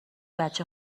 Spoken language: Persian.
بچه